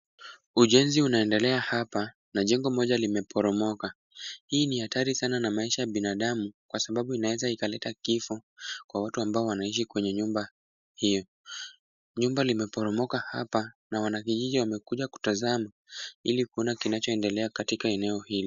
Ujenzi unaendelea hapa, na jengo limeporomoka. Hii ni hatari sana na maisha ya binadamu, kwa sababu inaweza ikaleta kifo kwa watu ambao wanaishi kwenye nyumba hiyo. Nyumba limeporomoka hapa, na wanakijiji wamekuja kutazama ili kuona kinachoendelea katika eneo hili.